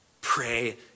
Pray